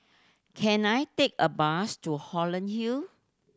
can I take a bus to Holland Hill